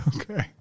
Okay